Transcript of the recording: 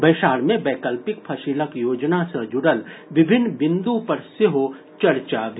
बैसार मे वैकल्पिक फसिलक योजना सॅ जुड़ल विभिन्न बिंदु पर सेहो चर्चा भेल